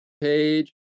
page